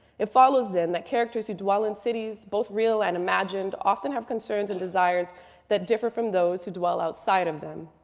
it follows then that characters who dwell in cities both real and imagined often have concerns and desires that differ from those who dwell outside of them.